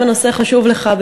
אם הנושא חשוב לך,